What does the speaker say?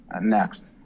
next